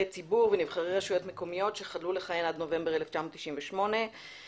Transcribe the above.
ציבור ונבחרי רשויות מקומיות שחדלו לכהן עד נובמבר 1998. בעתירה